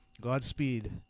Godspeed